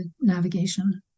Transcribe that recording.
navigation